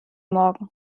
morgen